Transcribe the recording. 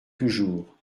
toujours